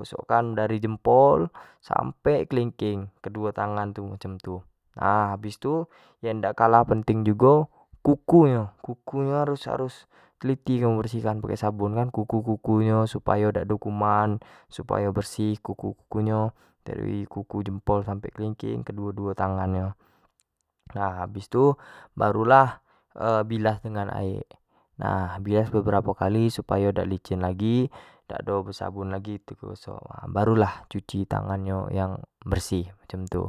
gosok kan dari jempol sampe kelingkiing keduo tangan tu macam tu nah habis tu yang dak kalah penting jugo kuku nyo kuku nyo harus teliti kamu besihkan pake sabun kan, kuku-ku nyo supayo dak do kuman, supayo bersih kuku nyo dari kuku jempol sampe kelingking keduo-duo tangan nyo, nah habis tu barulah, bilas denga aek nah bilas beberapo kali supayo dak licin lagi dah dako do besabun lagi tu kito gosok, habis tu baru lah cuci tangan nyo yang bersih macam tu.